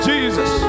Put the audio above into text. Jesus